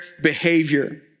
behavior